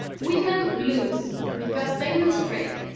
women lose because they menstruate.